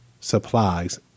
supplies